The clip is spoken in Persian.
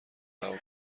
رها